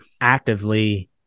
actively